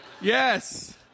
Yes